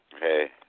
Hey